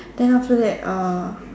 then after that uh